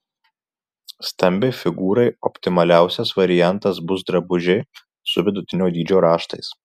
stambiai figūrai optimaliausias variantas bus drabužiai su vidutinio dydžio raštais